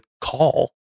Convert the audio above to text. call